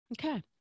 Okay